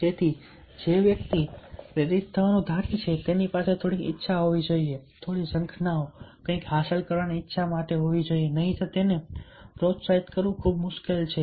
તેથી જે વ્યક્તિ પ્રેરિત થવાનું ધારે છે તેની પાસે થોડીક ઈચ્છા થોડી ઝંખનાઓ કંઈક હાંસલ કરવા ની ઈચ્છા માટે હોવી જોઈએ નહીંતર તેને પ્રોત્સાહિત કરવું ખૂબ મુશ્કેલ હશે